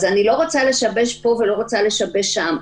אז אני רוצה לשבש פה ולא רוצה לשבש שם,